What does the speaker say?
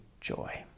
joy